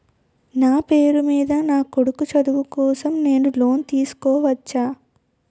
నా పేరు మీద నా కొడుకు చదువు కోసం నేను లోన్ తీసుకోవచ్చా?